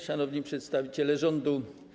Szanowni Przedstawiciele Rządu!